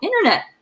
internet